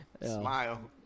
Smile